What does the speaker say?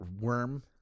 Worm